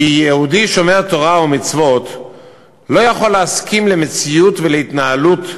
כי יהודי שומר תורה ומצוות לא יכול להסכים למציאות ולהתנהלות,